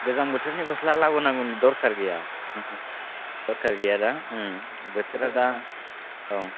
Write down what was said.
गोजां बोथोरनि गस्ला लाबोनांगौनि दरखार गैया दरखार गैयाना बोथोरा दा औ